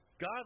God